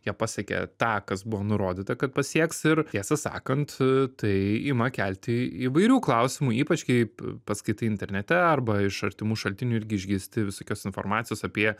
jie pasiekė tą kas buvo nurodyta kad pasieks ir tiesą sakant tai ima kelti įvairių klausimų ypač kaip paskaitai internete arba iš artimų šaltinių irgi išgirsti visokios informacijos apie